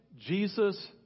Jesus